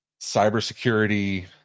cybersecurity